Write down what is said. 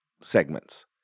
segments